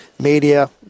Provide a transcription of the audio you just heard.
media